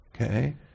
okay